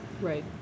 Right